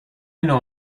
نوع